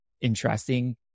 interesting